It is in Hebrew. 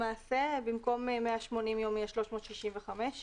למעשה, במקום 180 יום יהיה 365 יום.